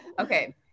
Okay